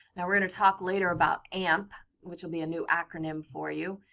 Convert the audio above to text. now, we're going to talk later about amp. which will be a new acronym for you.